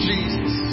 Jesus